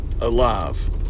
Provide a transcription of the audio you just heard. alive